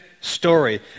story